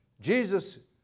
Jesus